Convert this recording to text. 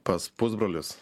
pas pusbrolius